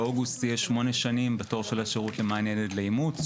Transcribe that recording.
באוגוסט זה יהיה שמונה שנים בתור של השירות למען הילד לאימוץ,